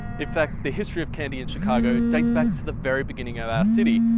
if fact, the history of candy in chicago dates back to the very beginning of our city.